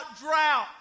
drought